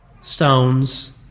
stones